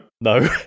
no